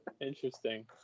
Interesting